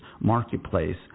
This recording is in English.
marketplace